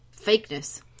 fakeness